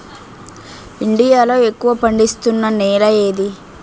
India లో ఎక్కువ పండిస్తున్నా నేల ఏది?